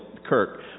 kirk